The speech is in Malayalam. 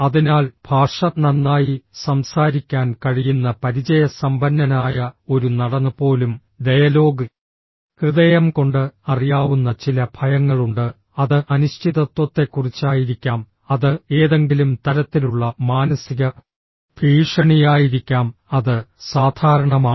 അതിനാൽ ഭാഷ നന്നായി സംസാരിക്കാൻ കഴിയുന്ന പരിചയസമ്പന്നനായ ഒരു നടന് പോലും ഡയലോഗ് ഹൃദയം കൊണ്ട് അറിയാവുന്ന ചില ഭയങ്ങളുണ്ട് അത് അനിശ്ചിതത്വത്തെക്കുറിച്ചായിരിക്കാം അത് ഏതെങ്കിലും തരത്തിലുള്ള മാനസിക ഭീഷണിയായിരിക്കാം അത് സാധാരണമാണ്